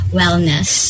wellness